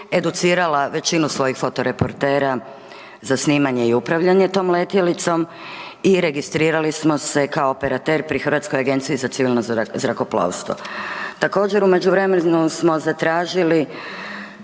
educirala većinu svojih foto reportera za snimanje i upravljanje tom letjelicom i registrirali smo se kao operater pri Hrvatskoj agenciji za civilno zrakoplovstvo. Također, u međuvremenu smo zatražili